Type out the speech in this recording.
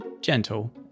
gentle